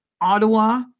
Ottawa